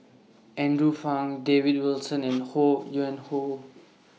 Andrew Phang David Wilson and Ho Yuen Hoe